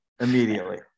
Immediately